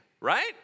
right